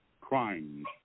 crimes